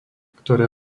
ktoré